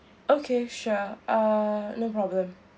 okay sure uh no problem